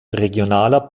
regionaler